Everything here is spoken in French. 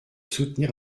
soutenir